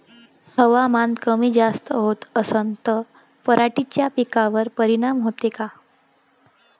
हवामान कमी जास्त होत असन त पराटीच्या पिकावर परिनाम होते का?